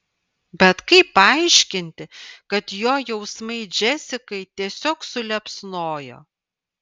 bet kaip paaiškinti kad jo jausmai džesikai tiesiog suliepsnojo